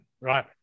Right